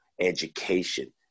education